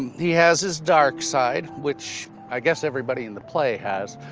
he has his dark side, which i guess everybody in the play has,